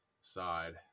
side